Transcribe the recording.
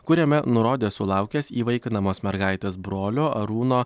kuriame nurodė sulaukęs įvaikinamos mergaitės brolio arūno